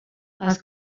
els